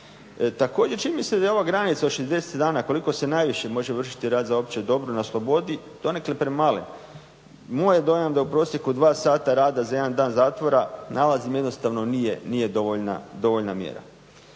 Također čini mi se da je ova granica od 60 dana koliko se najviše može vršiti rad za opće dobro na slobodi donekle premalen. Moj je dojam da u prosjeku dva sata za jedan dan zatvora nalazim jednostavno nije dovoljna mjera.